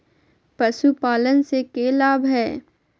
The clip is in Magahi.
पशुपालन से के लाभ हय?